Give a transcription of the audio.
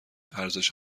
ارزش